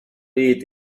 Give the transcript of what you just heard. eat